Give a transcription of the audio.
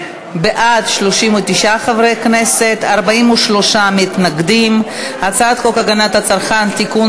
מסדר-היום את הצעת חוק הגנת הצרכן (תיקון,